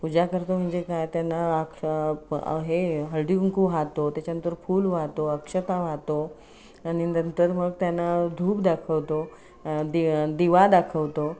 पूजा करतो म्हणजे काय त्यांना अक्ष हे हळदीकुंकू वाहतो त्याच्यानंतर फूल वाहतो अक्षता वाहतो आणि नंतर मग त्यांना धूप दाखवतो दि दिवा दाखवतो